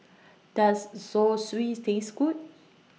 Does Zosui Taste Good